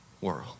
world